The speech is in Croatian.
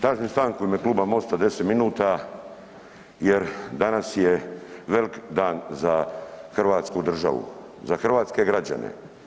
Tražim stanku u ime kluba Mosta 10 minuta jer danas je velik dan za Hrvatsku državu, za hrvatske građane.